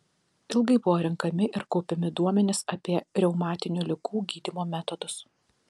ilgai buvo renkami ir kaupiami duomenys apie reumatinių ligų gydymo metodus